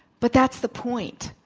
but that's the point.